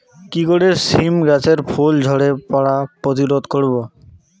কি করে সীম গাছের ফুল ঝরে পড়া প্রতিরোধ করব?